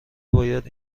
باید